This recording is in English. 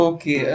Okay